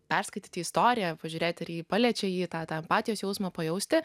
perskaityti istoriją pažiūrėti ar ji paliečia jį tą tą empatijos jausmą pajausti